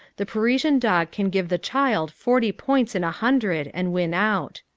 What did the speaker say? the parisian dog can give the child forty points in a hundred and win out.